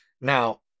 now